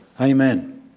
Amen